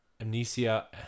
Amnesia –